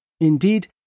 Indeed